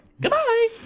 Goodbye